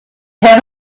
have